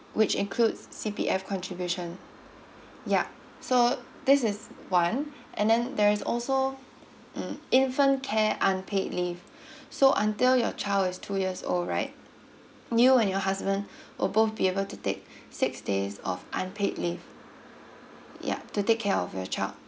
which includes C_P_F contribution yup so this is one and then there is also mm infant care unpaid leave so until your child is two years old right you and your husband or both be able to take six days of unpaid leave yup to take care of your child